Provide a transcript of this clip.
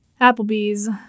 Applebee's